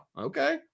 okay